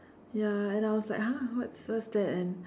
ya and I was like !huh! what's what's that and